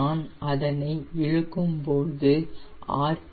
நான் அதனை இழுக்கும் போது ஆர்